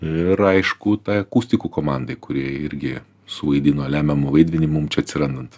ir aišku tai akustikų komandai kuri irgi suvaidino lemiamą vaidmenį mum čia atsirandant